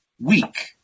weak